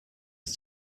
are